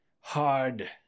hard